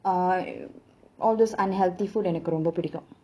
uh all those unhealthy food எனக்கு ரொம்ப பிடிக்கும்:enakku romba pidikum